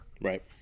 Right